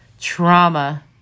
Trauma